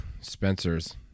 Spencers